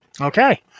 Okay